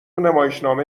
نمایشنامه